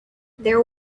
there